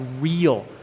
real